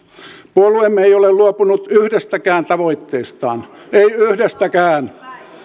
puolueemme ei ole luopunut yhdestäkään tavoitteestaan ei yhdestäkään